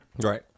Right